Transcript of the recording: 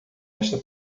esta